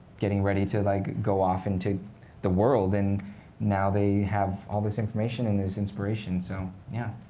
getting ready to like go off into the world. and now they have all this information and this inspiration, so yeah.